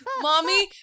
mommy